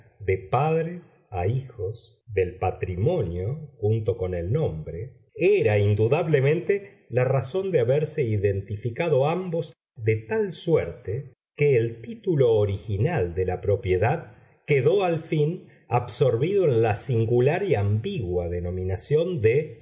de padres a hijos del patrimonio junto con el nombre era indudablemente la razón de haberse identificado ambos de tal suerte que el título original de la propiedad quedó al fin absorbido en la singular y ambigua denominación de